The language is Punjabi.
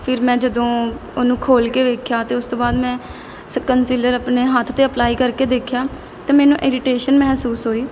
ਫਿਰ ਮੈਂ ਜਦੋਂ ਉਹਨੂੰ ਖੋਲ੍ਹ ਕੇ ਵੇਖਿਆ ਤਾਂ ਉਸ ਤੋਂ ਬਾਅਦ ਮੈਂ ਸ ਕੰਸੀਲਰ ਆਪਣੇ ਹੱਥ 'ਤੇ ਅਪਲਾਈ ਕਰਕੇ ਦੇਖਿਆ ਤਾਂ ਮੈਨੂੰ ਇਰੀਟੇਸ਼ਨ ਮਹਿਸੂਸ ਹੋਈ